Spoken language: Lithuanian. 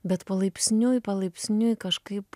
bet palaipsniui palaipsniui kažkaip